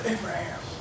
Abraham